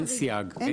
אין סייג.